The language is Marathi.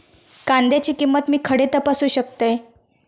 कांद्याची किंमत मी खडे तपासू शकतय?